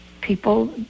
people